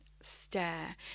stare